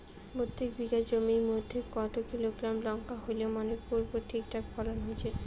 প্রত্যেক বিঘা জমির মইধ্যে কতো কিলোগ্রাম লঙ্কা হইলে মনে করব ঠিকঠাক ফলন হইছে?